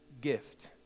gift